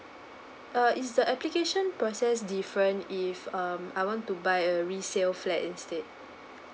err is the application process different if um I want to buy a resale flat instead